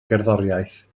gerddoriaeth